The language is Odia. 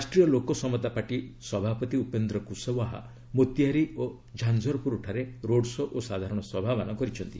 ରାଷ୍ଟ୍ରୀୟ ଲୋକ ସମତା ପାର୍ଟି ସଭାପତି ଉପେନ୍ଦ୍ର କୁଶଓ୍ୱାହା ମୋତିହାରି ଓ ଝାଂଝରପୁର ଠାରେ ରୋଡ୍ ଶୋ ଓ ସାଧାରଣ ସଭାମାନ କରିଛନ୍ତି